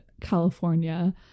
California